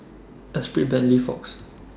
Esprit Bentley Fox